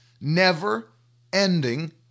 never-ending